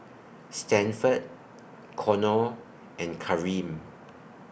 Stanford Conor and Kareem